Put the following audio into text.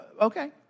Okay